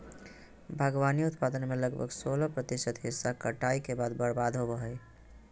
बागवानी उत्पादन में लगभग सोलाह प्रतिशत हिस्सा कटाई के बाद बर्बाद होबो हइ